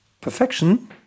perfection